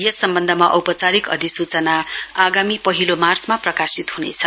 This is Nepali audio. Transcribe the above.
यस सम्वन्धमा औपचारिक अधिसूचना आगामी पहिलो मार्चमा प्रकाशित हुनेछ